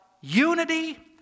unity